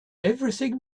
everything